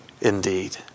indeed